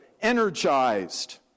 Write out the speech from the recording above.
energized